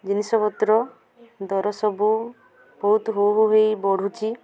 ଜିନିଷପତ୍ର ଦର ସବୁ ବହୁତ ହୁହୁ ହୋଇ ବଢ଼ୁଛି